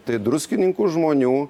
tai druskininkų žmonių